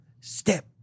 step